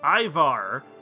Ivar